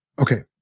Okay